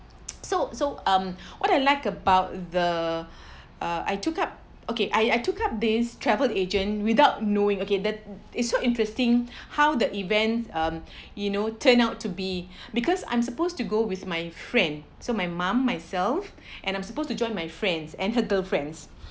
so so um what I like about the uh I took up okay I I took up this travel agent without knowing okay that it's so interesting how the events um you know turn out to be because I'm supposed to go with my friend so my mum myself and I'm supposed to join my friends and her girlfriends